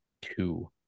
two